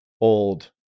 old